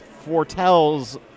foretells